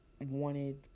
wanted